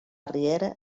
riera